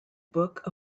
book